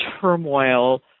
turmoil